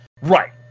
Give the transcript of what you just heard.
Right